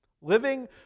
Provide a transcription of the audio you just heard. Living